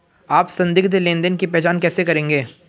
आप संदिग्ध लेनदेन की पहचान कैसे करेंगे?